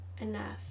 enough